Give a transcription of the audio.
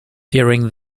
during